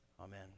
Amen